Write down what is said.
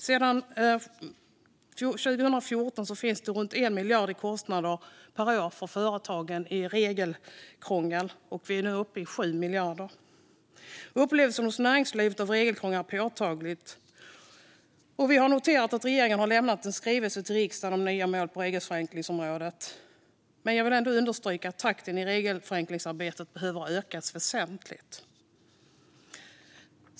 Sedan 2014 är kostnaden för regelkrånglet runt 1 miljard per år för företagen, och vi är nu uppe i 7 miljarder. Upplevelsen inom näringslivet av regelkrångel är påtaglig, och vi har noterat att regeringen har lämnat en skrivelse till riksdagen om nya mål på regelförenklingsområdet. Men jag vill ändå understryka att takten i regelförenklingsarbetet behöver ökas väsentligt.